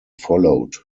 followed